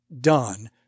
done